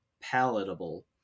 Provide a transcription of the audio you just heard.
palatable